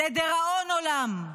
לדיראון עולם.